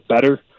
better